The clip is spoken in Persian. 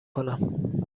کنم